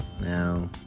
Now